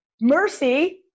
mercy